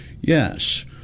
Yes